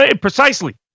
Precisely